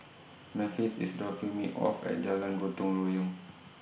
Memphis IS dropping Me off At Jalan Gotong Royong